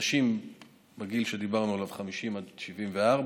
נשים בגיל שדיברנו עליו, 50 עד 74,